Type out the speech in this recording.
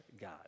God